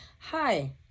Hi